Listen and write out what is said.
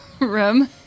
room